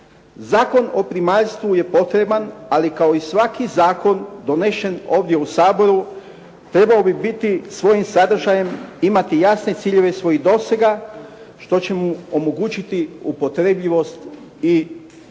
Zakon o primaljstvu je potreban, ali kao i svaki zakon donesen ovdje u Saboru trebao bi biti svojim sadržajem, imati jasne ciljeve svojih dosega, što će mu omogućiti upotrebljivost i duži